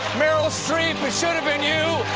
meryl, it should've been you!